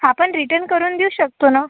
आपण रिटर्न करून देऊ शकतो ना